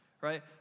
right